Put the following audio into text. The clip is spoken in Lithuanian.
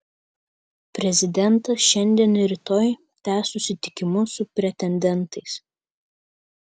prezidentas šiandien ir rytoj tęs susitikimus su pretendentais